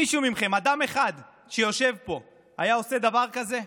מישהו מכם, אדם אחד שיושב פה היה עושה דבר כזה?